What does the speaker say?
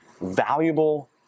valuable